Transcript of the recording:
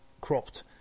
cropped